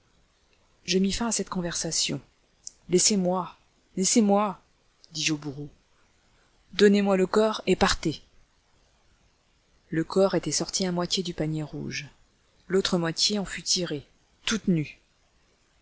je mis fin à cette conversation laissez-moi laissez-moi dis-je aux deux bourreaux donnez-moi le corps et partez illustration clamart le corps était sorti à moitié du panier rouge l'autre moitié en fut tirée toute nue